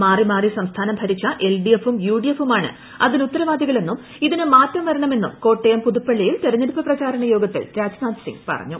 മാറി മാറി സംസ്ഥാനം ഭരിച്ച എൽ ഡി എഫും യുഡി എഫുമാണ് അതിനുത്തരവാദികളെന്നും ഇതിന് മാറ്റം വരണമെന്നും കോട്ടയം പുതുപ്പള്ളിയിൽ തിരഞ്ഞെടുപ്പു പ്രചരണ യോഗത്തിൽ രാജ്നാഥ് സിംഗ് പറഞ്ഞു